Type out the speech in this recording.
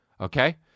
Okay